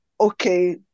okay